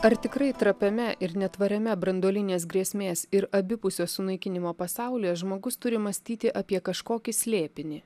ar tikrai trapiame ir netvariame branduolinės grėsmės ir abipusio sunaikinimo pasaulyje žmogus turi mąstyti apie kažkokį slėpinį